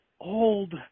old